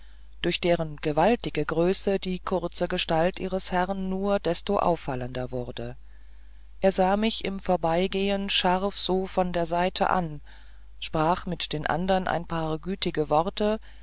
durch deren gewaltige größe die kurze gestalt ihres herrn nur desto auffallender wurde er sah mich im vorbeigehn scharf so von der seite an sprach mit den andern ein paar gütige worte